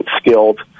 skilled